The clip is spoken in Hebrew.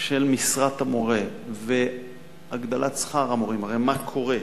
של משרת המורה והגדלת שכר המורים, הרי מה קורה?